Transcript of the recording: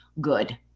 good